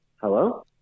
Hello